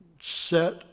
set